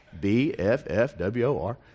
b-f-f-w-o-r